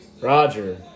roger